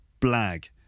Blag